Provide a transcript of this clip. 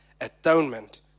atonement